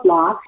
Law